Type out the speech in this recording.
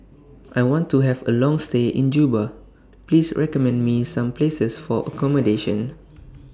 I want to Have A Long stay in Juba Please recommend Me Some Places For accommodation